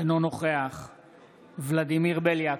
אינו נוכח ולדימיר בליאק,